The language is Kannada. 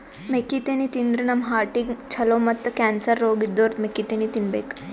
ಮೆಕ್ಕಿತೆನಿ ತಿಂದ್ರ್ ನಮ್ ಹಾರ್ಟಿಗ್ ಛಲೋ ಮತ್ತ್ ಕ್ಯಾನ್ಸರ್ ರೋಗ್ ಇದ್ದೋರ್ ಮೆಕ್ಕಿತೆನಿ ತಿನ್ಬೇಕ್